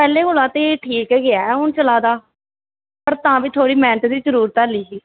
कल्लै कोला ठीक गै भी चला दा ते तां बी थोह्ड़ी मैह्नत दी जरूरत ऐ भी बी